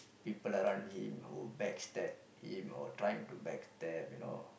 people around him who backstab him or trying to backstab you know